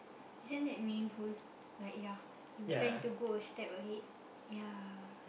isn't that meaningful like ya you plan to go a step ahead ya